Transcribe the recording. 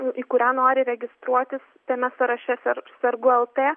į kurią nori registruotis tame sąraše per sergu lt